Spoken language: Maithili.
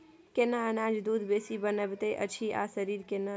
केना अनाज दूध बेसी बनबैत अछि आ शरीर केना?